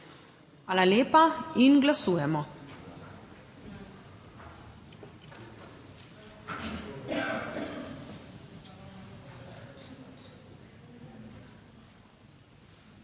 Hvala lepa. Glasujemo.